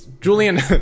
Julian